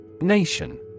Nation